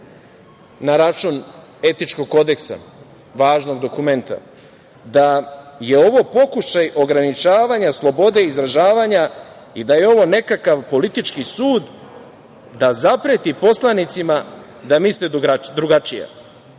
na račun etičkog kodeksa, važnog dokumenta, da je ovo pokušaj ograničavanja slobode i izražavanja i da je ovo nekakav politički sud da zapreti poslanicima da misle drugačije.